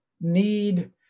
need